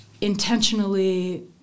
intentionally